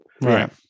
right